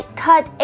cut